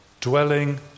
dwelling